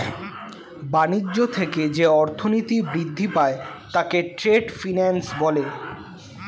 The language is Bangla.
বাণিজ্য থেকে যে অর্থনীতি বৃদ্ধি পায় তাকে ট্রেড ফিন্যান্স বলে